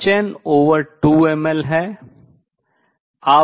चाल hn2mL है